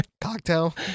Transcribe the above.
cocktail